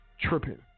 Tripping